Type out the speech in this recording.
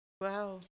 Wow